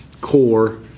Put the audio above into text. core